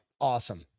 Awesome